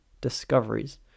discoveries